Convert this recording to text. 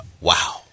Wow